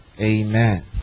amen